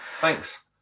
thanks